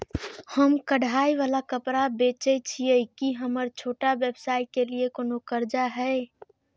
हम कढ़ाई वाला कपड़ा बेचय छिये, की हमर छोटा व्यवसाय के लिये कोनो कर्जा है?